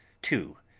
too,